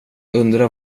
undrar